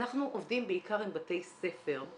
אנחנו עובדים בעיקר עם בתי ספר.